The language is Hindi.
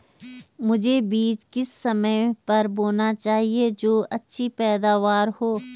मुझे बीज किस समय पर बोना चाहिए जो अच्छी पैदावार हो?